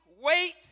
wait